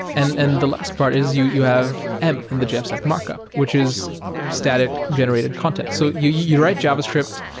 and and the last part is you you have m in the jamstack markup, which is static-generated content. so you you write javascript,